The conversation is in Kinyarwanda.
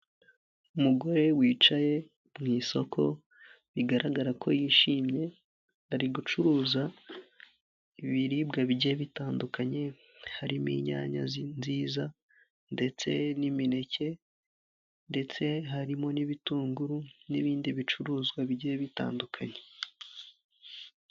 Umugore wicaye mu isoko bigaragara ko yishimye ari gucuruza ibiribwa bigibye bitandukanye harimo inyanya nziza ndetse n'imineke ndetse harimo n'ibitunguru n'ibindi bicuruzwa bigiye bitandukanye.